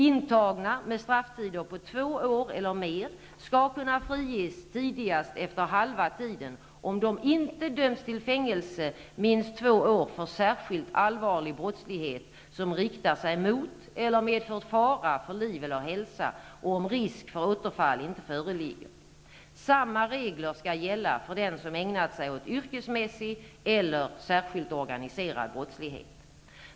Intagna med strafftider på två år eller mer skall kunna friges tidigast efter halva tiden, om de inte dömts till fängelse minst två år för särskilt allvarlig brottslighet, som riktat sig mot eller medfört fara för liv eller hälsa, och om risk för återfall inte föreligger. Samma regler skall gälla för den som ägnat sig åt yrkesmässig eller särskilt organiserad brottslighet.